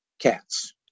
cats